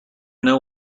know